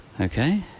okay